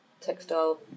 textile